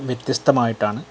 വ്യത്യസ്തമായിട്ടാണ്